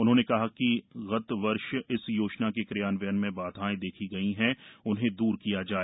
उन्होने कहा कि गत वर्ष इस योजना के क्रियान्वयन में बाधाएं देखी गई हैं उन्हें दूर किया जाए